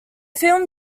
film